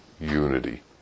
unity